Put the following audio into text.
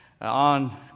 on